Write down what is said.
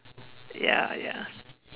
ya ya